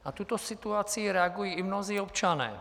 Na tuto situaci reagují i mnozí občané.